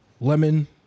Lemon